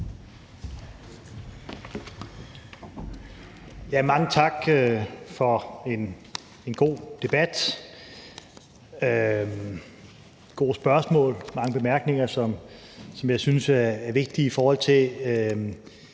Mange tak for en god debat og gode spørgsmål og mange bemærkninger, som jeg synes er vigtige, i forhold til